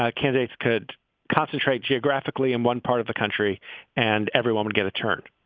ah candidates could concentrate geographically in one part of the country and everyone would get a turnout.